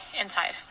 inside